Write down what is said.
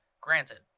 granted